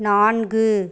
நான்கு